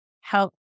Help